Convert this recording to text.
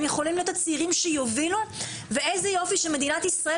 הם יכולים להיות הצעירים שיובילו ואיזה יופי שמדינת ישראל